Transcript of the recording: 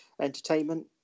entertainment